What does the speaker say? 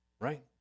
right